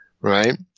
right